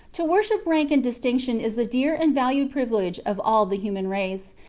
to worship rank and distinction is the dear and valued privilege of all the human race,